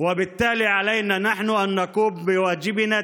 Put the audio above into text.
עלינו למלא את חובתנו